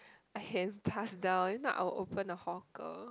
I have passed down I'll open a hawker